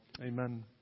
Amen